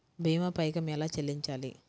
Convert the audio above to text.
భీమా పైకం ఎలా చెల్లించాలి?